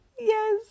yes